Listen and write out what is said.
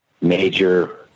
major